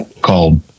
called